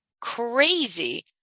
crazy